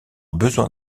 besoin